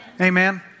Amen